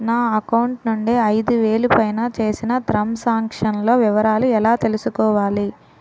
నా అకౌంట్ నుండి ఐదు వేలు పైన చేసిన త్రం సాంక్షన్ లో వివరాలు ఎలా తెలుసుకోవాలి?